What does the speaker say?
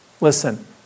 listen